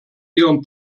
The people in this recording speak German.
ihren